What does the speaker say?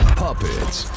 puppets